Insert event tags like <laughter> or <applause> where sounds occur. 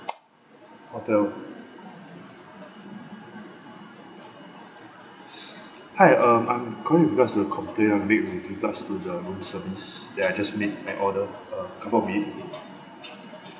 hotel <breath> hi um I'm calling with regards to the complain I made with regards to the room service ya I just made an order uh couple of minutes